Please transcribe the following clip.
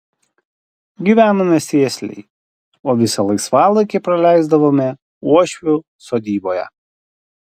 gyvenome sėsliai o visą laisvalaikį praleisdavome uošvių sodyboje